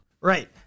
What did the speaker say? Right